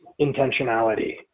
intentionality